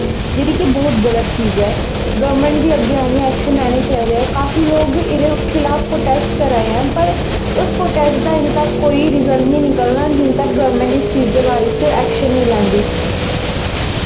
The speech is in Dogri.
जेह्ड़ी के ब्हौत गल्त चीज ऐ गौरमैंट गी अग्गें आनियै ऐक्शन लैने चाहिदे नै काफी लोक एह्दे खिलाफ प्रोटैस्ट करा दे ऐं पर उस प्रोटैस्ट दा इन्ने चिर तक कोई रिजल्ट निं निकलना जिन्ने चिर तक गौरमैंट इस चीज दे बारे च ऐक्शन निं लैंदी